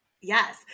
Yes